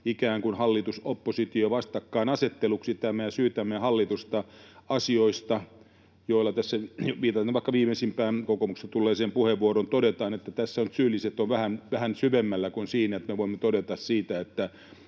ikään kuin hallitus—oppositio-vastakkainasetteluksi. Me syytämme hallitusta asioista, viitaten nyt vaikka viimeisimpään kokoomuksesta tulleeseen puheenvuoroon, joista todetaan, että tässä nyt syylliset ovat vähän syvemmällä kuin siinä, että me voimme todeta, että